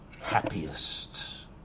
happiest